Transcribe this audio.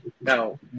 Now